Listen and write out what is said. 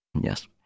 Yes